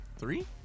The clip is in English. three